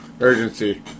urgency